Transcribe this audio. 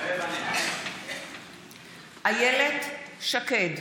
מתחייב אני איילת שקד,